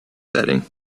setting